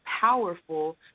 powerful